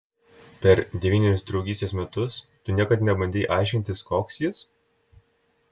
per devynerius draugystės metus tu niekad nebandei aiškintis koks jis